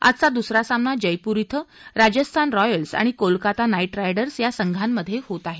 आजचा दुसरा सामना जयपूर इथं राजस्थान रॉयल्स आणि कोलकाता नाईट रायडर्स या संघामधे होत आहे